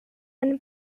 and